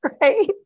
right